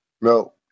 No